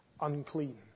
Unclean